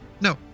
No